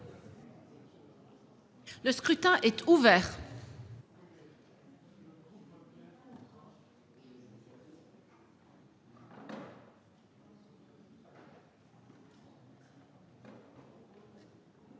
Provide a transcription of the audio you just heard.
Le scrutin est ouvert.